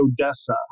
Odessa